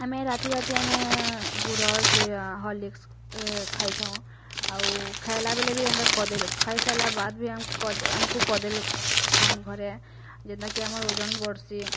ଆମେ ରାତିରାତି ଆମେ ଗୁରସ୍ ହରଲିକ୍ସ୍ ଖାଇଥାଉଁ ଆଉ ଖାଏଲା ବେଲେ ବି ଏନ୍ତା କଦେଲ୍ ଖାଇ ସାଇଲା ବାଦ୍ ବି ଆମକୁ ଆମକୁ କଦେଲ୍ ଖୁଅନ୍ ଘରେ ଯେନ୍ତା କି ଆମର୍ ଓଜନ୍ ବଢ଼୍ସି